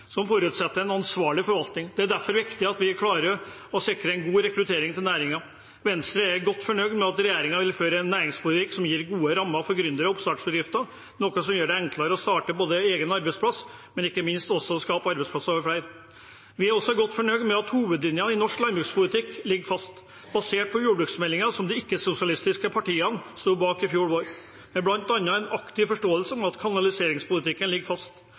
som forutsetter en forsvarlig forvaltning. Det er derfor viktig at vi klarer å sikre en god rekruttering til næringen. Venstre er godt fornøyd med at regjeringen vil føre en næringspolitikk som gir gode rammer for gründere og oppstartbedrifter, noe som gjør det enklere å starte egen arbeidsplass, men ikke minst å skape arbeidsplasser for flere. Vi er også godt fornøyd med at hovedlinjen i norsk landbrukspolitikk ligger fast, basert på jordbruksmeldingen som de ikke-sosialistiske partiene sto bak i fjor vår, med bl.a. en aktiv forståelse av at kanaliseringspolitikken ligger fast.